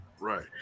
right